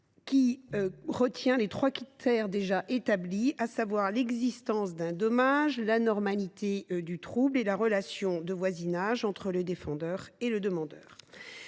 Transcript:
en reprenant les trois critères déjà établis, à savoir l’existence d’un dommage, l’anormalité du trouble et la relation de voisinage entre le défendeur et le demandeur.